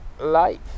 life